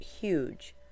huge